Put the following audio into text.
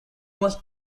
must